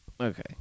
Okay